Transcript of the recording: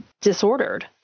disordered